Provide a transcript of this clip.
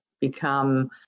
become